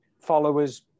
followers